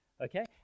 okay